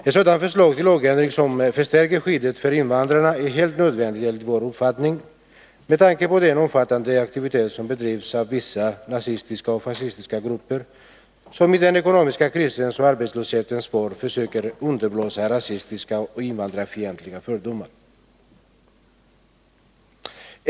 Ett sådant förslag till lagändring som förstärker skyddet för invandrarna är helt nödvändigt enligt vår uppfattning, med tanke på den omfattande aktivitet som bedrivs av vissa nazistiska och fascistiska grupper, som i den ekonomiska krisens och arbetslöshetens spår försöker underblåsa rasistiska och invandrarfientliga fördomar.